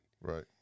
Right